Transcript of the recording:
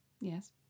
Yes